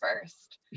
first